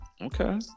Okay